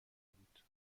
بود